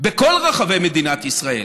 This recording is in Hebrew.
בכל רחבי מדינת ישראל